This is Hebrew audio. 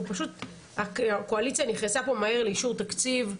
אנחנו פשוט הקואליציה נכנסה פה מהר לאישור תקציב.